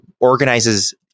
organizes